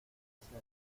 hacia